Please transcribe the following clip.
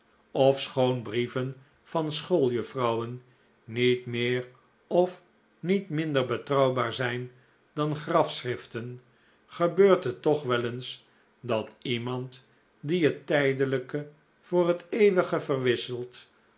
ofschoon brieven van schooljuffrouwen nict mccr of nict minder bctrouwbaar zijn dan grafschriften gebcurt hct toch wel eens dat icmand die het tijdelijke voor het ecuwigc vcrwisselt